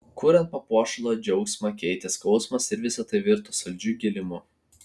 kuriant papuošalą džiaugsmą keitė skausmas ir visa tai virto saldžiu gėlimu